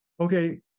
okay